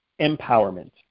empowerment